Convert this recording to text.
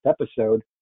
episode